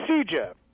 procedure